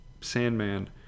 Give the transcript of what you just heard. Sandman